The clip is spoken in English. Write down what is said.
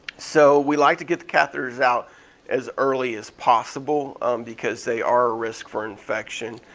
so we like to get the catheters out as early as possible because they are a risk for infection.